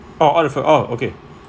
oh all the food oh